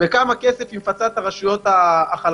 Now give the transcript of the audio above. בכמה כנסת היא מפצה את הרשויות החלשות.